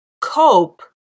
cope